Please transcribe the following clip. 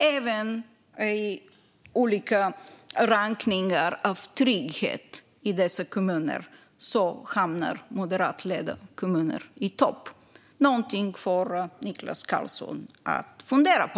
Även i olika rankningar av trygghet hamnar moderatledda kommuner i topp. Detta är någonting för Niklas Karlsson att fundera på.